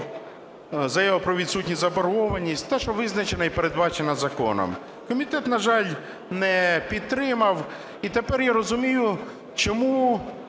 заяву про відсутність заборгованості - те, що визначено і передбачено законом. Комітет, на жаль, не підтримав. І тепер я розумію, чому